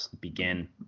begin